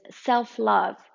self-love